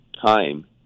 time